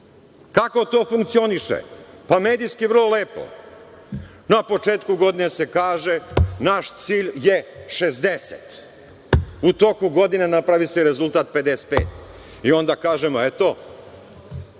to funkcioniše? Pa, medijski vrlo lepo. Na početku godine se kaže – naš cilj je 60. U toku godine napravi se rezultat 55. I onda kažemo, eto,